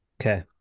Okay